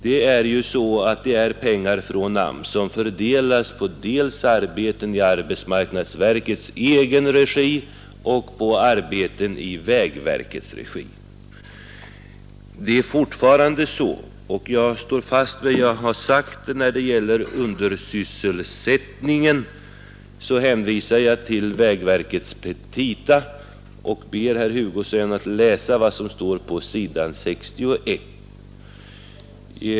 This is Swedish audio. Det är pengar från AMS som fördelas dels på arbeten i arbetmarknadsverkets egen regi och dels på arbeten i vägverkets regi. Jag står fast vid vad jag sagt när det gäller undersysselsättningen. Jag hänvisar till vägverkets petita och ber herr Hugosson läsa vad som står på s. 61.